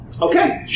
Okay